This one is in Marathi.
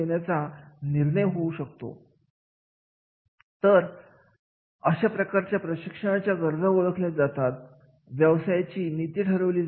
आहे तर अशा पद्धतीने प्रशिक्षणाच्या गरजेचे अवलोकन मदतीचे ठरत असते